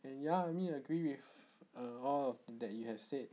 and ya I mean I agree with uh all that you have said